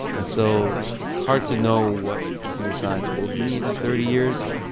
and so it's hard to know what computer science will be in thirty years,